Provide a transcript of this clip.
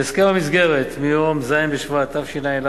בהסכם המסגרת מיום ז' בשבט התשע"א,